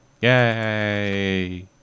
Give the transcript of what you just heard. Yay